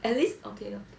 at least okay okay